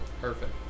Perfect